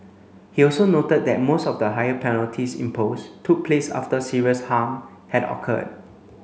he also noted that most of the higher penalties imposed took place after serious harm had occurred